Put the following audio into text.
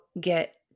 get